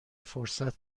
فرصت